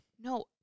No